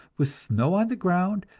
with snow on the ground,